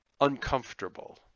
uncomfortable